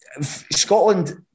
Scotland